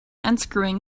unscrewing